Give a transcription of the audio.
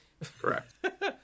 Correct